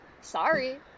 Sorry